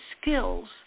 skills